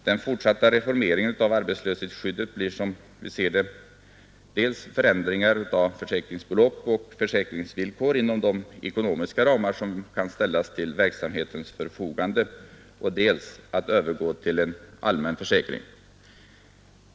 Den fortsatta reformeringen av arbetslöshetsskyddet kommer, som vi ser det, att innefatta dels förändringar av försäkringsbelopp och försäkringsvillkor inom de ekonomiska ramar som kan ställas till verksamhetens förfogande, dels övergång till en allmän försäkring.